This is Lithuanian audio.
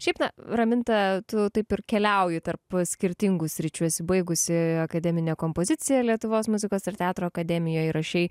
šiaip na raminta tu taip ir keliauji tarp skirtingų sričių esi baigusi akademinę kompoziciją lietuvos muzikos ir teatro akademijoj rašei